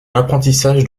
apprentissage